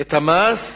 את המס,